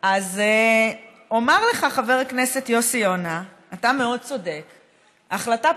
אבל הרשויות האלה לא יהיו חלק מירושלים.